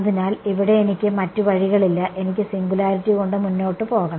അതിനാൽ ഇവിടെ എനിക്ക് മറ്റ് വഴികളില്ല എനിക്ക് സിംഗുലാരിറ്റി കൊണ്ട് മുന്നോട്ട് പോകണം